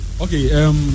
Okay